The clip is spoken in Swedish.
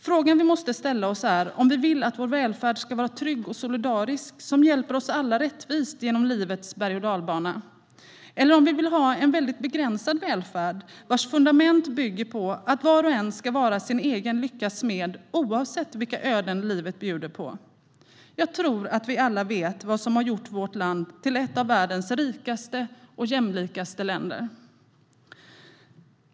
Frågan vi måste ställa oss är om vi vill att vår välfärd ska vara trygg och solidarisk och hjälpa oss alla rättvist genom livets bergochdalbana eller om vi vill ha en väldigt begränsad välfärd vars fundament bygger på att var och en ska vara sin egen lyckas smed oavsett vilka öden livet bjudit på. Jag tror att vi alla vet vad som gjort vårt land till ett av världens rikaste och mest jämlika länder.